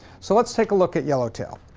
so let's take a look at yellow tail.